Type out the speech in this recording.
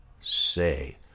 Say